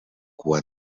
cua